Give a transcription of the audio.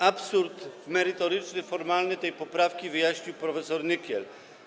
Absurd merytoryczny, formalny tej poprawki wyjaśnił prof. Nykiel.